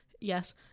Yes